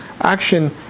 action